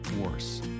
worse